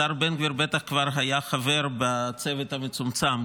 השר בן גביר כבר היה חבר בצוות המצומצם;